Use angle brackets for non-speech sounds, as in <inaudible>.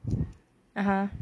<breath> (uh huh)